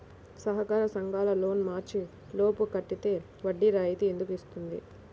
సహకార సంఘాల లోన్ మార్చి లోపు కట్టితే వడ్డీ రాయితీ ఎందుకు ఇస్తుంది?